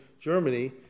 Germany